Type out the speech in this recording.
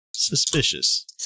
suspicious